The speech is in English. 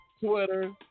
Twitter